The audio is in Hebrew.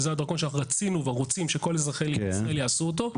זה הדרכון שרצינו ורוצים שכל אזרחי ישראל יעשו אותו.